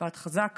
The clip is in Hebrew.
משפט חזק